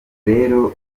rero